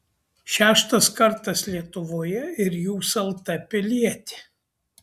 šeštas kartas lietuvoje ir jūs lt pilietė